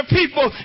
people